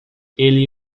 ele